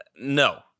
No